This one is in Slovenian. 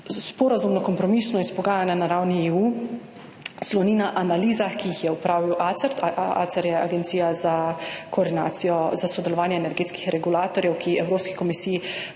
sporazumno, kompromisno izpogajana na ravni EU. Sloni na analizah, ki jih je opravil ACER. ACER je Agencija za koordinacijo, za sodelovanje energetskih regulatorjev, ki Evropski komisiji